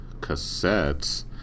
cassettes